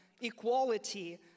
equality